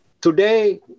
Today